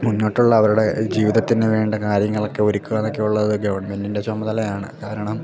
മുന്നോട്ടുള്ള അവരുടെ ജീവിതത്തിനു വേണ്ട കാര്യങ്ങളൊക്കെ ഒരുക്കുകയെന്നൊക്കെ ഉള്ളത് ഗവൺമെൻറിൻ്റെ ചുമതലയാണ് കാരണം